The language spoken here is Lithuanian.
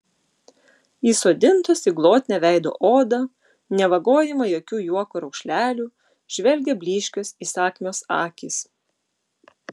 įsodintos į glotnią veido odą nevagojamą jokių juoko raukšlelių žvelgė blyškios įsakmios akys